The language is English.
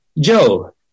Joe